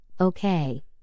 Okay